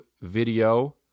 video